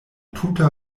tuta